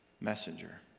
messenger